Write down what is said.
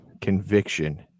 conviction